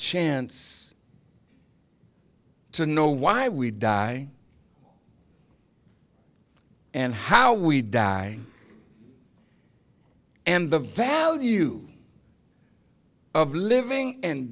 chance to know why we die and how we die and the value of living and